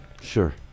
Sure